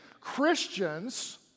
Christians